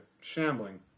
Shambling